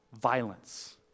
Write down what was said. violence